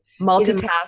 Multitask